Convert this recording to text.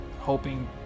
hoping